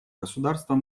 государством